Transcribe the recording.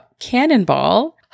cannonball